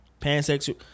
Pansexual